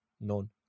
None